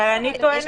יש